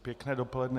Pěkné dopoledne.